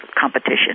competition